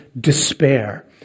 despair